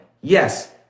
Yes